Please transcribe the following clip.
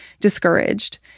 discouraged